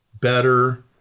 better